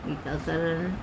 ਟੀਕਾਕਰਨ